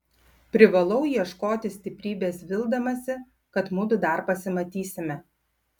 privalau ieškoti stiprybės vildamasi kad mudu dar pasimatysime